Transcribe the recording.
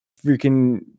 freaking